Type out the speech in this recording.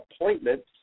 appointments